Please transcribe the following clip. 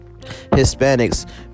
hispanics